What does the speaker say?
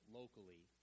locally